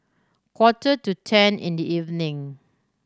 quarter to ten in the evening